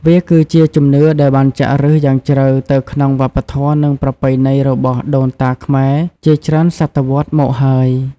វាគឺជាជំនឿដែលបានចាក់ឫសយ៉ាងជ្រៅទៅក្នុងវប្បធម៌និងប្រពៃណីរបស់ដូនតាខ្មែរជាច្រើនសតវត្សមកហើយ។